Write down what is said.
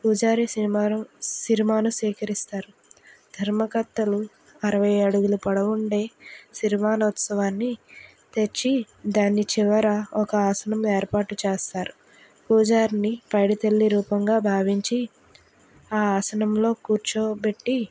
పూజారి సిరిమారం సిరిమానం స్వీకరిస్తారు ధర్మకర్తను అరవై అడుగుల పొడవు ఉండే సిరిమానోత్సవాన్ని తెచ్చి దాన్ని చివర ఒక ఆసనం ఏర్పాటు చేస్తారు పూజారిని పైడితల్లి రూపంగా భావించి ఆ ఆసనంలో కూర్చోబెట్టి